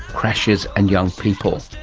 crashes and young people.